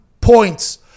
points